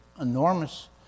enormous